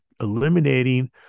eliminating